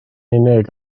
unig